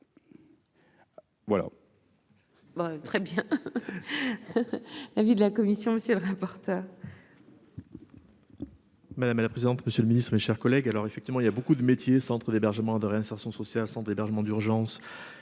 Voilà. Très bien l'avis de la commission, monsieur le rapporteur. Madame la présidente, monsieur le Ministre, mes chers collègues, alors effectivement il y a beaucoup de métiers, centre d'hébergement et de réinsertion sociale, centre d'hébergement d'urgence